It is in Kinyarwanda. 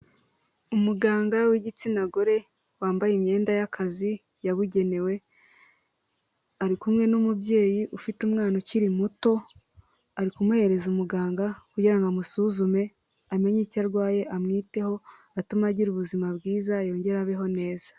Umuganga w'igitsina gore wambaye imyenda y'akazi yabugenewe, ari kumwe n'umubyeyi ufite umwana ukiri muto, ari kumuhereza umuganga kugira ngo amusuzume amenye icyo arwaye amwiteho, atume agira ubuzima bwiza yongera abeho neza.